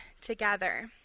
together